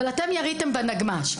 אבל אתם יריתם בנגמ"ש.